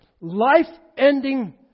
life-ending